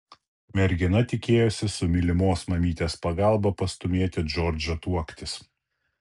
mergina tikėjosi su mylimos mamytės pagalba pastūmėti džordžą tuoktis